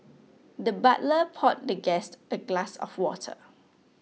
the butler poured the guest a glass of water